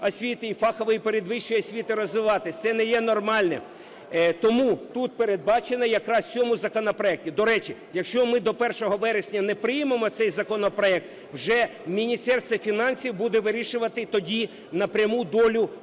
освіти, і фахової передвищої освіти розвиватися. Це не є нормальним. Тому тут передбачено, якраз в цьому законопроекті. До речі, якщо ми до 1 вересня не приймемо цей законопроект, вже Міністерство фінансів буде вирішувати тоді напряму долю